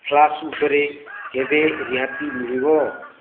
flask ଉପରେ କେବେ ରିହାତି ମିଳିବ